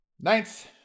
Ninth